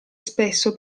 spesso